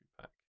pack